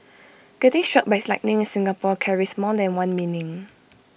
getting struck by lightning in Singapore carries more than one meaning